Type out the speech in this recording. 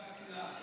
עַסַאקְלֵה.